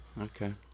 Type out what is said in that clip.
Okay